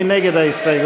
מי נגד ההסתייגויות?